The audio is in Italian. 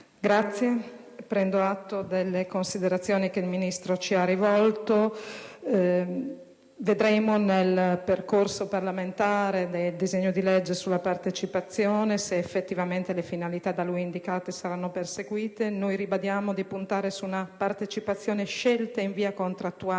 Presidente, prendo atto delle considerazioni che il Ministro ha svolto. Vedremo, nel percorso parlamentare del disegno di legge sulla partecipazione, se effettivamente le finalità da lui indicate saranno perseguite. Noi ribadiamo la volontà di puntare su una partecipazione scelta, in via contrattuale,